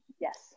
Yes